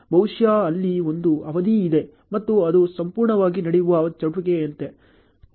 ಬಹುಶಃ ಅಲ್ಲಿ ಒಂದು ಅವಧಿ ಇದೆ ಮತ್ತು ಅದು ಸಂಪೂರ್ಣವಾಗಿ ನಡೆಯುವ ಚಟುವಟಿಕೆಯಂತೆ